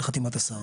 לחתימת השר.